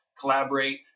collaborate